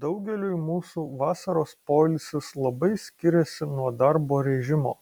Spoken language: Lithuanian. daugeliui mūsų vasaros poilsis labai skiriasi nuo darbo režimo